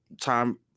Time